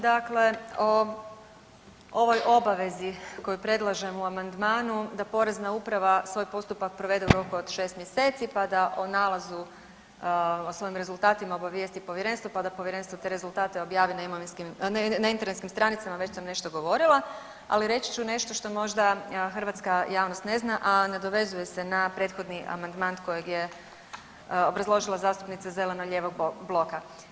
Dakle, o ovoj obavezi koju predlažem u amandmanu da Porezna uprava svoj postupak provede u roku od šest mjeseci pa da o nalazu o svojim rezultatima obavijesti povjerenstvo pa da povjerenstvo te rezultate objavi na internetskim stranicama već sam nešto govorila, ali reći ću nešto što možda hrvatska javnost ne zna, a nadovezuje se na prethodni amandman kojeg je obrazložila zastupnica zeleno-lijevog bloka.